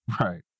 right